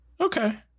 Okay